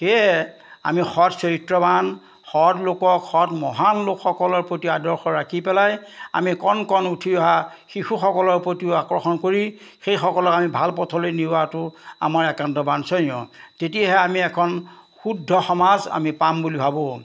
সেয়েহে আমি সৎ চৰিত্ৰৱান সৎ লোকক সৎ মহান লোকসকলৰ প্ৰতি আদৰ্শ ৰাখি পেলাই আমি কণ কণ উঠি অহা শিশুসকলৰ প্ৰতিও আকৰ্ষণ কৰি সেইসকলক আমি ভাল পথলৈ নিয়াটো আমাৰ একান্ত বাঞ্ছণীয় তেতিয়াহে আমি এখন শুদ্ধ সমাজ আমি পাম বুলি ভাবোঁ